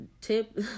tip